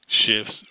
shifts